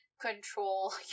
control